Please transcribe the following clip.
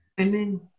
Amen